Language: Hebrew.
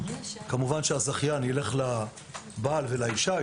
כמובן הזכיין יפנה לבעל ולאישה.